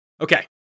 Okay